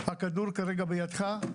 הכדור כרגע בידך,